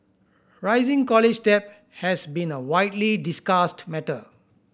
rising college debt has been a widely discussed matter